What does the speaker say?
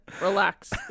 Relax